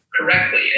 correctly